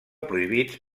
prohibits